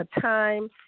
time